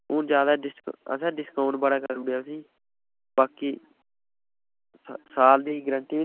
हून ज्यादा डिस असें डिस्काउंट बड़ा करी ओड़ेया तुसेंई बाकी स साल दी गरैंटी